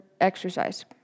exercise